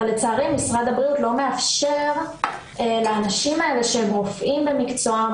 אבל לצערי משרד הבריאות לא מאפשר לאנשים האלה שהם רופאים במקצועם,